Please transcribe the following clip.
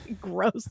gross